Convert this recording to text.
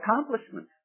accomplishment